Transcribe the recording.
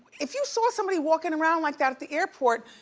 if you saw somebody walkin' around like that at the airport,